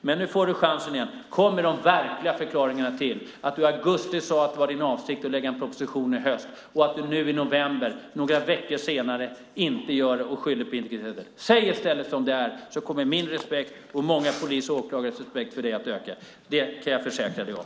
Men nu får du chansen igen. Kom med de verkliga förklaringarna till att du i augusti sade att det var din avsikt att lägga fram en proposition i höst och att du nu i november några veckor senare inte gör det! Du skyller på integriteten. Säg i stället som det är! Då kommer min respekt och många polisers och åklagares respekt för dig att öka. Det kan jag försäkra dig om.